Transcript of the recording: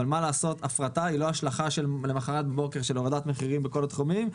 אבל ההשלכה של הפרטה היא לא הורדת מחירים מחר בבוקר בכל התחומים.